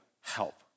help